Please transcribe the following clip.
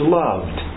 loved